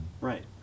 Right